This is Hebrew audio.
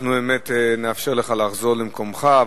אנחנו נאפשר לך לחזור למקומך.